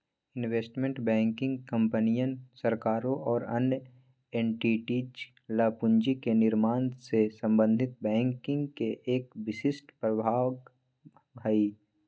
investment banking कंपनियन, सरकारों और अन्य एंटिटीज ला पूंजी के निर्माण से संबंधित बैंकिंग के एक विशिष्ट प्रभाग हई